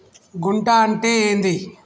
గుంట అంటే ఏంది?